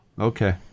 Okay